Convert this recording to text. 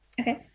okay